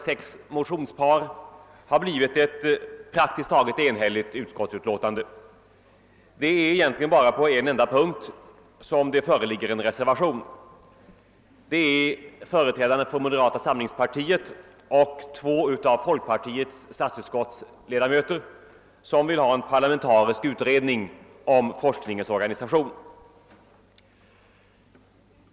sex motionsparen har blivit ett praktiskt taget enhälligt utskottsutlåtande. Det är egentligen bara på en enda punkt som det föreligger en reservation, nämligen beträffande forskningens organisation och planering om vilken företrädarna för moderata samlingspartiet och två folkpartiledamöter i statsutskottet vill ha en parlamentarisk utredning.